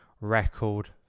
Record